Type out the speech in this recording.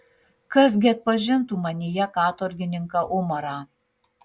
kas gi atpažintų manyje katorgininką umarą